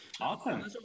Awesome